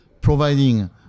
providing